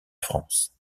france